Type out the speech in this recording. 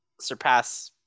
surpass